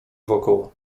wokoło